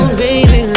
baby